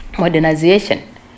modernization